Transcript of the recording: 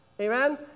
Amen